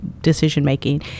decision-making